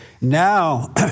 Now